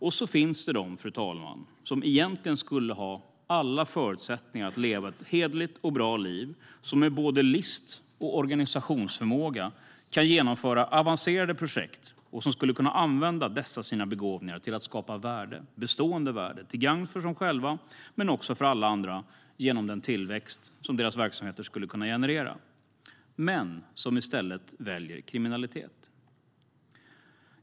Sedan finns det de som egentligen skulle ha alla förutsättningar att leva ett hederligt och bra liv, som med både list och organisationsförmåga kan genomföra avancerade projekt och som skulle kunna använda dessa sina begåvningar till att skapa bestående värden till gagn för sig själva men också för alla andra genom den tillväxt som deras verksamheter skulle kunna generera. Men de väljer i stället kriminalitet.